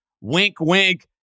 wink-wink